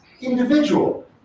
individual